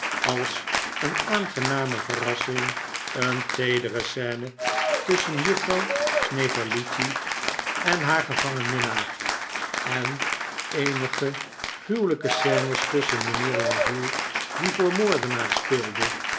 als een aangename verrassing een teedere scene tusschen juffrouw snevellicci en haar gevangen minnaar en eenige gruwelijke scene's tusschen mijnheer lenville die voor moordenaar speelde